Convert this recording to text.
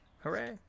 Hooray